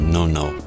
No-No